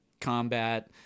combat